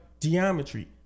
geometry